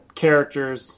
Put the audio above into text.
characters